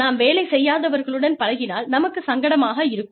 நாம் வேலை செய்யாதவர்களுடன் பழகினால் நமக்குச் சங்கடமாக இருக்கும்